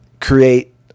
create